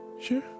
Sure